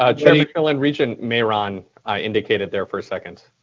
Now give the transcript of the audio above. um like ah and regent mayeron indicated there for a second.